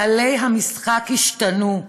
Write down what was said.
כללי המשחק השתנו,